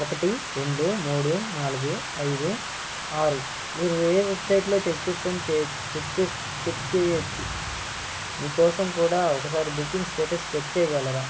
ఒకటి రెండు మూడు నాలుగు ఐదు ఆరు మీరు వేరే వెబ్సైట్లో చెక్ చేసుకొని చే చెక్ చేసి చెక్ చేయవచ్చు మీకోసం కూడా ఒకసారి బుకింగ్ స్టేటస్ చెక్ చేయగలరా